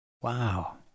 wow